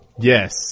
Yes